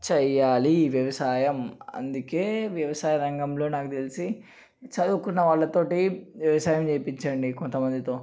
చేయాలి వ్యవసాయం అందుకే వ్యవసాయ రంగంలో నాకు తెలిసి చదువుకున్న వాళ్ళతో వ్యవసాయం చేపించండి కొంత మందితో